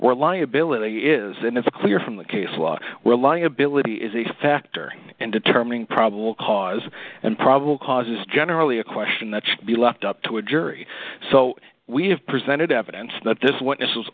were liability is that it's clear from the case law where liability is a factor in determining probable cause and probable cause is generally a question that should be left up to a jury so we have presented evidence that this witness was